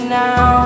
now